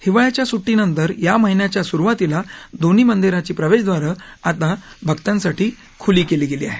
हिवाळ्याच्या सुट्टीनंतर या महिन्याच्या सुरुवातीला दोन्ही मंदिरांचं प्रवेशद्वार आता भक्तांसाठी खुलं केलं आहे